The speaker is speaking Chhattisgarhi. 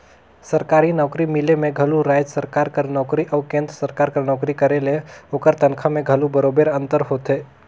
सरकारी नउकरी मिले में घलो राएज सरकार कर नोकरी अउ केन्द्र सरकार कर नोकरी करे ले ओकर तनखा में घलो बरोबेर अंतर होथे